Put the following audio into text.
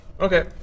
Okay